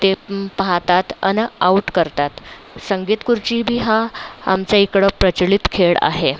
ते पाहतात आणि आऊट करतात संगीत खुर्चीबी हा आमच्या इकडं प्रचलित खेळ आहे